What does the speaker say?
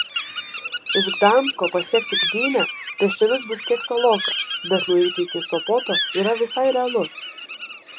iš gdansko pasiekti gdynę pėsčiomis bus kiek toloka bet nueiti iki sopoto yra visai realu